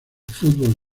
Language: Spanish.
fútbol